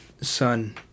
Son